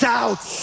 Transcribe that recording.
out